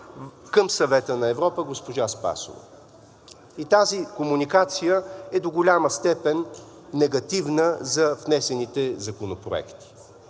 към Съвета на Европа госпожа Спасова и тази комуникация е до голяма степен негативна за внесените законопроекти.